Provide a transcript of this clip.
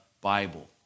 Bible